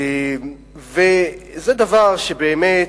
זה דבר שבאמת,